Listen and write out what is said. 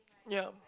yup